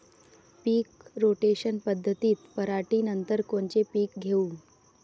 पीक rotation पद्धतीत पराटीनंतर कोनचे पीक घेऊ?